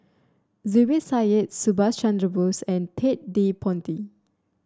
Zubir Said Subhas Chandra Bose and Ted De Ponti